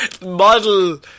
model